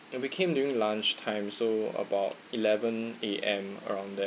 and we came during lunchtime so about eleven A_M around that